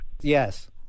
Yes